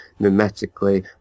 mimetically